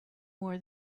more